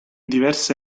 diverse